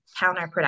counterproductive